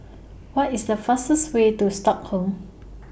What IS The fastest Way to Stockholm